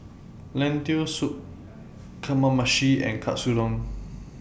Lentil Soup Kamameshi and Katsudon